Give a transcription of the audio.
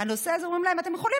בנושא הזה אומרים להם: אתם יכולים